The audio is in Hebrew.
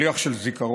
שליח של זיכרון,